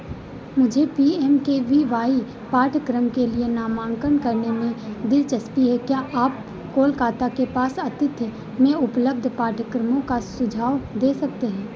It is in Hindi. मुझे P M K V Y पाठ्यक्रम के लिए नामांकन करने में दिलचस्पी है क्या आप कोलकाता के पास आतिथ्य में उपलब्ध पाठ्यक्रमों का सुझाव दे सकते हैं